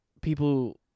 people